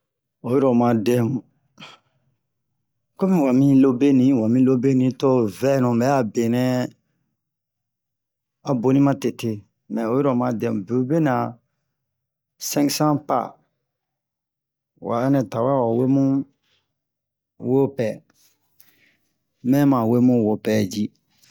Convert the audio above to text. o yiro o ma dɛm kɔmi wa mi lobenu wa mi lobeni to vɛnu bɛ'a benɛ a boni matete mɛ o yiro ma dem beo'be nɛ sinksa pawa hɛnɛ tawa wo mu wopɛ mɛ ma wemu wopɛ ji